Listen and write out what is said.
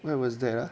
where was there lah